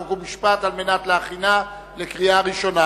חוק ומשפט על מנת להכינה לקריאה ראשונה.